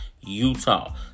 Utah